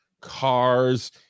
cars